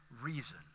reason